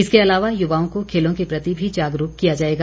इसके अलावा युवाओं को खेलों के प्रति भी जागरूक किया जाएगा